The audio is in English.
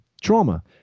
trauma